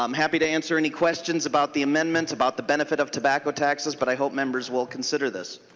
um happy to answer any questions about the amendment about the benefit of tobacco taxes but i hope members will consider this.